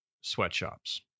sweatshops